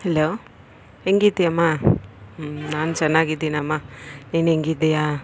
hello ಹೆಂಗಿದೀಯಮ್ಮಾ ಹ್ಞೂ ನಾನು ಚೆನ್ನಾಗಿದ್ದಿನಮ್ಮಾ ನೀನು ಹೆಂಗಿದೀಯಾ